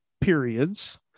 periods